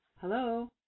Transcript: Hello